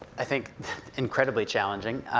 i think incredibly challenging.